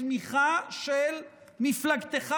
בתמיכה של מפלגתך,